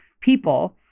people